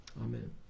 Amen